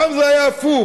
פעם זה היה הפוך,